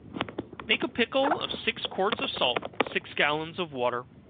make a pickle of six quarts of salt, six gallons of water,